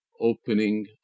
Opening